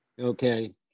Okay